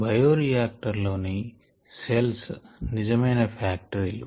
bioreactor లోని cells నిజమైన ఫ్యాక్టరీలు